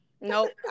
Nope